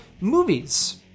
movies